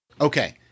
Okay